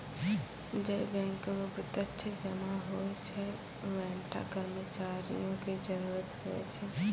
जै बैंको मे प्रत्यक्ष जमा होय छै वैंठा कर्मचारियो के जरुरत होय छै